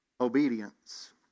obedience